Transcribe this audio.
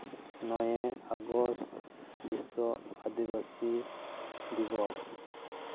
ᱱᱚᱭᱮ ᱟᱜᱚᱥᱴ ᱵᱤᱥᱥᱚ ᱟᱹᱫᱤᱵᱟᱹᱥᱤ ᱫᱤᱵᱚᱥ